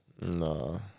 No